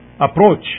approach